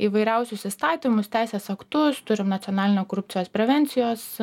įvairiausius įstatymus teisės aktu turim nacionalinio korupcijos prevencijos